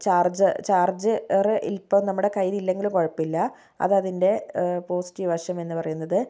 charge charger ഇപ്പോൾ നമ്മുടെ കയ്യിലില്ലെങ്കിലും കുഴപ്പമില്ല അത് അതിൻ്റെ പോസിറ്റീവ് വശം എന്ന് പറയുന്നത്